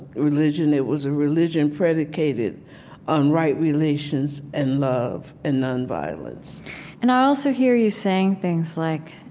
religion. it was a religion predicated on right relations and love and nonviolence and i also hear you saying things like,